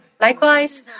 Likewise